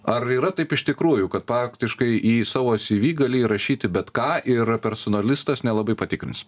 ar yra taip iš tikrųjų kad faktiškai į savo syvy gali įrašyti bet ką ir personalistas nelabai patikrins